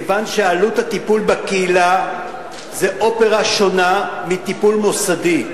כיוון שעלות הטיפול בקהילה זה אופרה שונה מטיפול מוסדי.